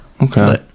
Okay